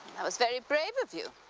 that was very brave of you.